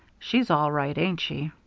she's all right, ain't she.